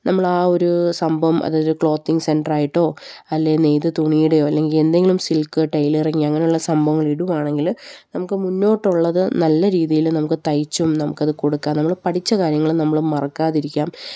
നമ്മള് ആ ഒരു സംഭവം അതൊരു ക്ലോത്തിങ് സെൻ്ററായിട്ടോ അല്ലെങ്കില് നെയ്ത തുണിയുടെയോ അല്ലെങ്കില് എന്തെങ്കിലും സിൽക്ക് ടെയിലറിങ്ങ് അങ്ങനെയുള്ള സംഭവങ്ങള് ഇടുകയാണെങ്കില് നമുക്ക് മുന്നോട്ടുള്ളത് നല്ല രീതിയില് നമുക്ക് തയ്ച്ചും നമുക്കത് കൊടുക്കാം നമ്മള് പഠിച്ച കാര്യങ്ങള് നമുക്ക് മറക്കാതിരിക്കാം